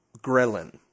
ghrelin